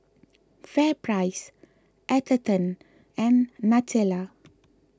FairPrice Atherton and Nutella